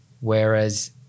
whereas